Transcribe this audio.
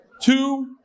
two